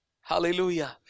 Hallelujah